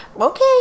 Okay